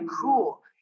cool